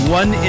one